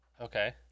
Okay